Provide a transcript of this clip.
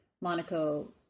Monaco